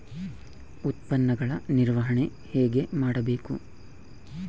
ಉತ್ಪನ್ನಗಳ ನಿರ್ವಹಣೆ ಹೇಗೆ ಮಾಡಬೇಕು?